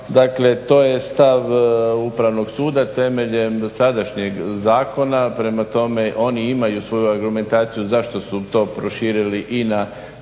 dakle to je stav Upravnog suda temeljem sadašnjeg zakona, prema tome oni imaju svoju argumentaciju zašto su to proširili i na